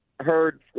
heard